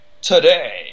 today